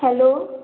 hello